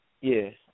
Yes